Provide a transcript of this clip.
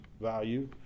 value